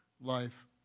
life